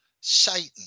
Satan